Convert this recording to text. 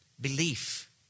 belief